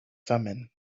thummim